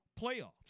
playoffs